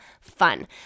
fun